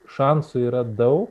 šansų yra daug